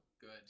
good